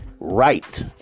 right